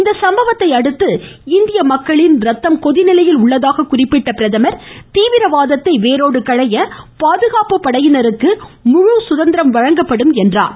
இந்த சம்பவத்தை அடுத்து இந்திய மக்களின் ரத்தம் கொதிநிலையில் உள்ளதாக குறிப்பிட்ட பிரதமா் தீவிரவாதத்தை வேரோடு களைய பாதுகாப்பு படையினருக்கு முழு சுதந்திரம் வழங்கப்படும் என்றார்